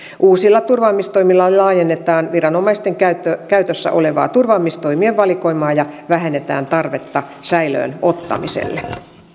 uusilla turvaamistoimilla laajennetaan viranomaisten käytössä käytössä olevaa turvaamistoimien valikoimaa ja vähennetään tarvetta säilöön ottamiselle